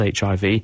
HIV